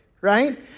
right